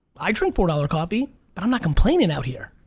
i drink four dollars coffee but i'm not complaining out here.